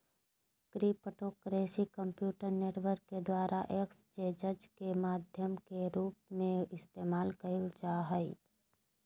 cryptocurrency computer network के द्वारा exchanges के माध्यम के रूप में इस्तेमाल कइल जा हइ